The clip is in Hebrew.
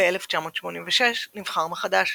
ב-1986 נבחר מחדש,